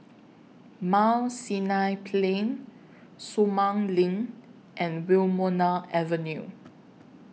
Mount Sinai Plain Sumang LINK and Wilmonar Avenue